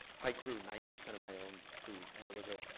i grew ninety percent of my own food, and it was ah